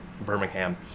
Birmingham